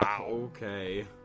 Okay